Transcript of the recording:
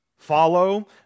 Follow